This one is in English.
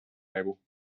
label